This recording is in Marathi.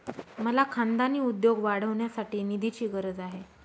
मला खानदानी उद्योग वाढवण्यासाठी निधीची गरज आहे